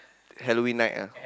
Halloween night ah